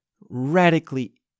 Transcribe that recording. radically